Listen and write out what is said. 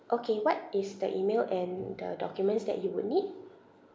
okay what is the email and the documents that you would need